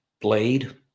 Blade